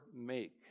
make